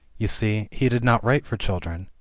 you see he did not write for children.